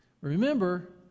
remember